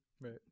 Right